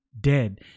dead